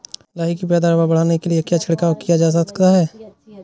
लाही की पैदावार बढ़ाने के लिए क्या छिड़काव किया जा सकता है?